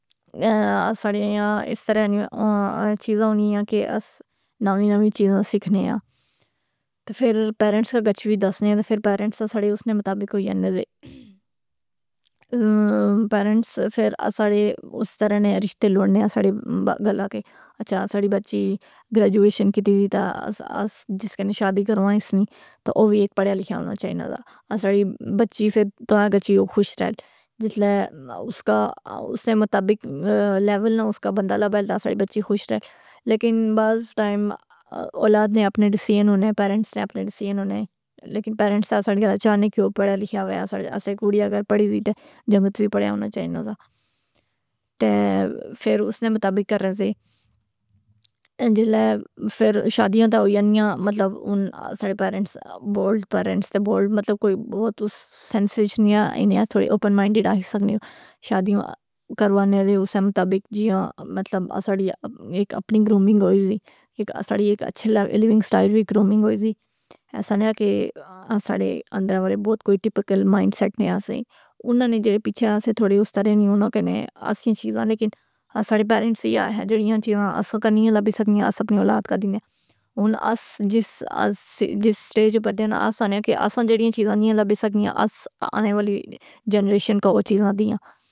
اساڑیاں اس طرح نی چیزاں ہونیاں کہ اس نوی نوی چیزاںں سکھنے آں۔ تہ فر پیرنٹس دسنے آں۔ تہ فر پیرنٹس اساڑے اس نے مطابق ہوئی یا ے ذے۔ پیرنٹس فر اساڑے اس طرح نے رشتے لوڑنے آ ساڑے گلا کہ۔ اچھا ساڑی بچی گریجویشن کیتی دی تا اس جس کنی شادی کروانی اسنی۔ تہ او وی پڑھیا لکھیا ہونا چاہینہ دا۔ اساڑی بچی فر توڑا گچھی او خوش رہ۔ جس لےاس کا اسنے مطابق لیول نا اس کا بندہ لبل دا تہ اساڑی بچی خوش رہ۔ لیکن بعض ٹائم اولاد نے اپنے ڈیسین ہونے۔ پیرنٹس نے اپنے ڈیسین ہونے۔ لیکن پیرنٹس اساڑے آپ چاہنے کہ او پڑھیا لکھیا ہوے، اساڑی کوڑی اگر پڑھی وی تہ جنگت وی پڑھیا ہونا چائنا دا۔ تہ فر اس نے مطابق کر رہے زے۔ جلے فر شادیاں تا ہوئی یانیاں مطلب ہن اساڑے پیرنٹس بولڈ پیرنٹس تہ بولڈ مطلب کوئی بہت اس سینس اچ نیا ہنیا، تھوڑی اوپن مائنڈیٹ آخی سکنے ہو۔ شادیوں کروانے آلی اسے مطابق جیاں مطلب اساڑی ایک اپنی گروومنگ ہوئی زی۔ ایک اساڑی ایک اچھے لیونگ سٹائل وچ گرومنگ ہوئی زی۔ ایسا نیہ کہ اساڑے اندر والے بہت کوئی ٹپیکل مائنڈ سیٹ نئ آسے۔ اناں نے جیڑے پیچھے اسے تھوڑے اس طرح نی انہوں کنے اسیاں چیزاں لیکن اساڑے پیرنٹس ائ آخیا جیڑیاں چیزاں اساں کی نی لبّی سکنیاں اساں اپنی اولاد کا دیندے۔ ہن اس جس اس جس سٹیج اپر تھے ناں اس آخنیاں کہ اساں جیڑیاں چیزاں نیا لبِّی سکنیاں۔ اس آنے والی جنریشن کواوچیزاں دیاں.